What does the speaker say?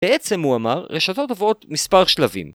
בעצם, הוא אמר, רשתות עוברות מספר שלבים.